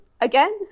again